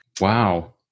Wow